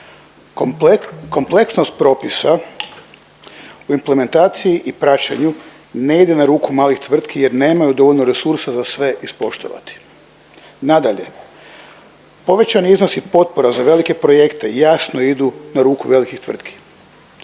kompleksnost propisa u implementaciji i praćenju ne ide na ruku malih tvrtki jer nemaju dovoljno resursa za sve ispoštovati. Nadalje, povećani iznosi potpora za velike projekte jasno idu na ruku velikih tvrtki